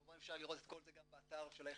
כמובן שאפשר לראות את כל זה גם באתר היחידה,